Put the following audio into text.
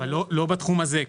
אבל לא בתחום הזה.